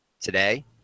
today